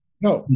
No